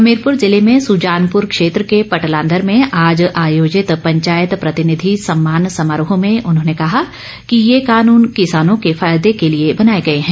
हमीरपुर जिले में सुजानपुर क्षेत्र के पटलांदर में आज आयोजित पंचायत प्रतिनिधि सम्मान समारोह में उन्होंने कहा कि ये कानून किसानों के फायदे के लिए बनाए गए हैं